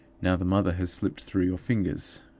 now the mother has slipped through your fingers.